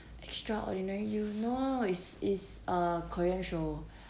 extraordinary you no no it's it's eh korean show